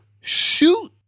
shoot